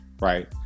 right